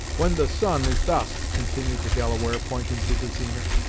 when the sun is thus, continued the delaware, pointing to the zenith,